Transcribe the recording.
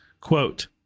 quote